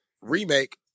remake